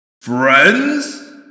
Friends